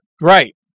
right